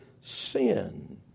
sin